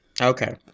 okay